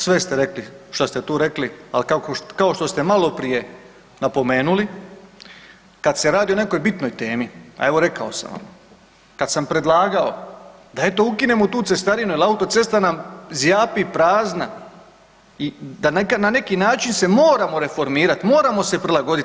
Sve ste rekli šta ste tu rekli, ali kao što ste maloprije napomenuli kada se radi o nekoj bitnoj temi, a evo rekao sam vam kad sam predlagao da eto ukinemo tu cestarinu jel autocesta nam zjapi prazna i da neki način se moramo reformirat, moramo se prilagodit.